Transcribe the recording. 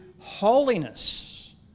holiness